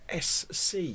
SC